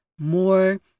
More